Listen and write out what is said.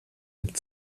mit